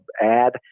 add